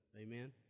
Amen